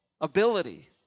ability